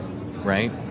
Right